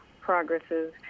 progresses